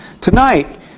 Tonight